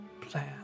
plan